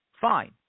Fine